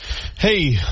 Hey